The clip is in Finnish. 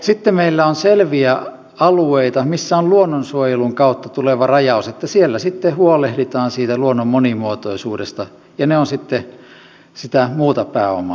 sitten meillä on selviä alueita missä on luonnonsuojelun kautta tuleva rajaus että siellä sitten huolehditaan siitä luonnon monimuotoisuudesta ja ne ovat sitten sitä muuta pääomaa